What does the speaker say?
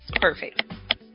perfect